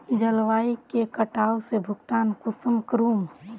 जलवायु के कटाव से भुगतान कुंसम करूम?